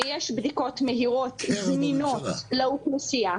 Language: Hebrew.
שיש בדיקות מהירות זמינות לאוכלוסייה.